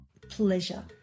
pleasure